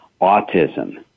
autism